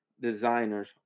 designers